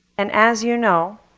and as you know